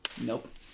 Nope